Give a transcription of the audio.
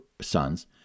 sons